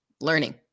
learning